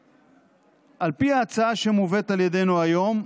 על פי ההצעה שמובאת על ידינו היום,